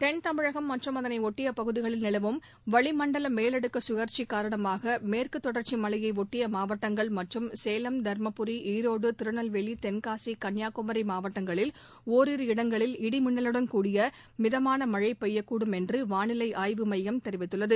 தென்தமிழகம் மற்றும் அதனை ஒட்டிய பகுதிகளில் நிலவும் வளிமண்டல மேலடுக்கு சுழற்சி காரணமாக மேற்கு தொடர்ச்சி மலையை ஒட்டிய மாவட்டங்கள் மற்றும் சேலம் தருமபுரி ஈரோடு திருநெல்வேலி தென்காசி கன்னியாகுமரி மாவட்டங்களில் இன்று ஓரிரு இடங்களில் இடி மின்னலுடன் கூடிய மிதமான மழை பெய்யக்கூடும் என்று வானிலை ஆய்வுமையம் தெரிவித்துள்ளது